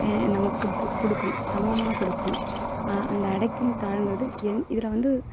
நம்ம கொடுத்து கொடுக்குணும் சமமாக கொடுக்கணும் அந்த அடைக்கும் தாழ்ங்குறது எங் இதில் வந்து